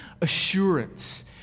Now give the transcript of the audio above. assurance